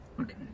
Okay